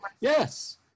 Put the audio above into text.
Yes